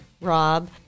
Rob